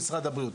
ואנחנו במשרד,